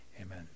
Amen